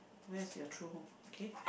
where is your true home okay